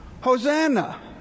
Hosanna